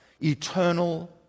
eternal